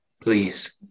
Please